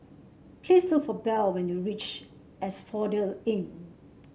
please look for Belle when you reach Asphodel Inn